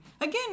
again